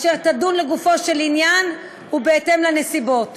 והיא תדון לגופו של עניין ובהתאם לנסיבות.